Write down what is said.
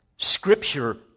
Scripture